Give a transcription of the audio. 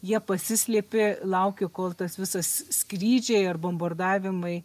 jie pasislėpė laukė kol tas visas skrydžiai ar bombardavimai